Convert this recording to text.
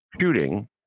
shooting